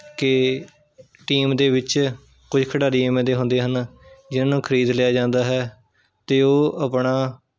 ਕਿ ਟੀਮ ਦੇ ਵਿੱਚ ਕੋਈ ਖਿਡਾਰੀ ਐਵੇਂ ਦੇ ਹੁੰਦੇ ਹਨ ਜਿਹਨਾਂ ਨੂੰ ਖਰੀਦ ਲਿਆ ਜਾਂਦਾ ਹੈ ਅਤੇ ਉਹ ਆਪਣਾ